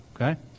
Okay